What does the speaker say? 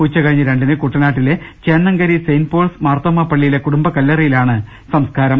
ഉച്ചകഴിഞ്ഞ് രണ്ടിന് കുട്ടനാട്ടിലെ ചേന്നംകരി സെന്റ് പോൾസ് മാർത്തോമ പള്ളിയിലെ കുടുംബ കല്ലറയിലാണ് സംസ്കാരം